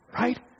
right